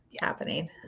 happening